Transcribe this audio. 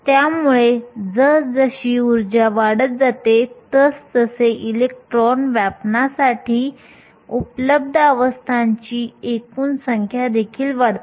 त्यामुळे जसजशी उर्जा वाढत जाते तसतसे इलेक्ट्रॉन व्यापण्यासाठी उपलब्ध अवस्थांची एकूण संख्या देखील वाढते